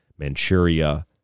Manchuria